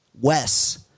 Wes